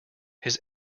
his